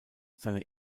seine